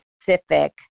specific